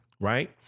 Right